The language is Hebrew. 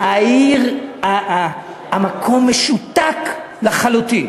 המקום משותק לחלוטין.